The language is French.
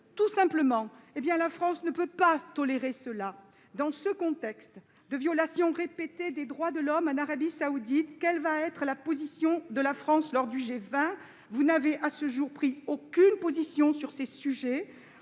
tout simplement. La France ne peut tolérer cela ! Dans ce contexte de violations répétées des droits de l'homme en Arabie saoudite, quelle sera la position de la France lors du G20 ? Vous n'en avez, à ce jour, pris aucune. Or le G20 est